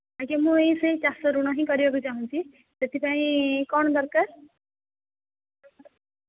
ଆଜ୍ଞା ମୁଁ ଏଇ ସେହି ଚାଷ ଋଣ କରିବା ପାଇଁ ଚାହୁଁଛି ସେଥିପାଇଁ କ'ଣ ଦରକାର